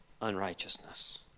unrighteousness